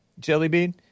Jellybean